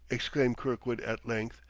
exclaimed kirkwood at length,